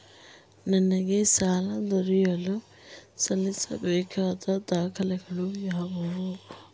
ನನಗೆ ಸಾಲ ದೊರೆಯಲು ಸಲ್ಲಿಸಬೇಕಾದ ದಾಖಲೆಗಳಾವವು?